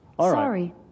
Sorry